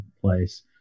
place